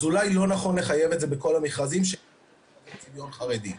אז אולי לא נכון לחייב את זה בכל המכרזים ש --- צביון חרדי.